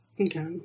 Okay